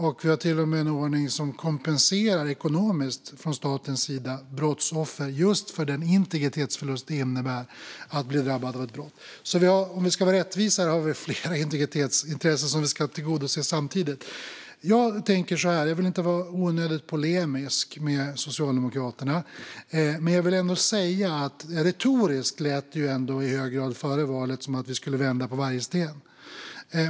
Staten ger till och med en ekonomisk kompensation till brottsoffer just för den integritetsförlust det innebär att drabbas av ett brott. Om vi ska vara rättvisa har alltså vi flera integritetsintressen som vi ska tillgodose samtidigt. Jag vill inte vara onödigt polemisk med Socialdemokraterna, men retoriskt lät det ändå i hög grad före valet som att varje sten skulle vändas.